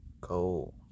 go